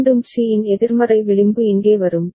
மீண்டும் சி இன் எதிர்மறை விளிம்பு இங்கே வரும்